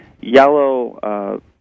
yellow